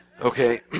Okay